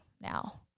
now